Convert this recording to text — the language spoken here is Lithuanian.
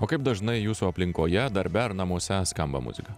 o kaip dažnai jūsų aplinkoje darbe ar namuose skamba muzika